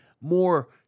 more